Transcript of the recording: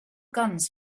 guns